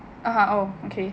oh okay